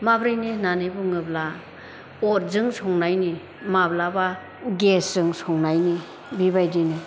माब्रैनो होन्नानै बुङोब्ला अदजों संनायनि माब्लाबा गेसजों संनायनि बेबायदिनो